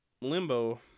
Limbo